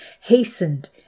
hastened